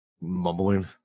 mumbling